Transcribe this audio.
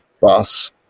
bus